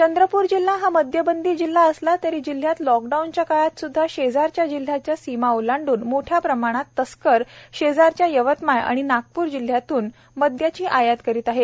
चंद्रपूर जिल्हा हा मदयबंदी जिल्हा असला तरी जिल्ह्यात लॉकडाऊनच्या काळात सुद्धा शेजारच्या जिल्ह्याच्या सीमा ओलांडून मोठ्या प्रमाणात तस्कर शेजारच्या यवतमाळ आणि नागपूर जिल्ह्यातून मोठ्या प्रमाणात मदयाची आयात करीत आहेत